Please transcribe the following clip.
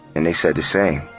and they said the same.